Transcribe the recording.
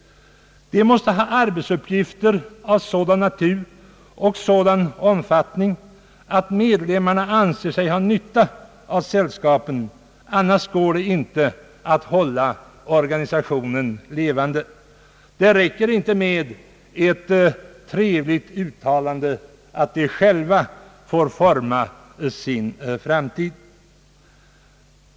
De måste ha arbetsuppgifter av sådan natur och i sådan omfattning att medlemmarna anser sig ha nytta av sällskapen. Annars går det inte att hålla organisationen vid liv. Det räcker inte med ett trevligt uttalande att de själva får forma sin framtid.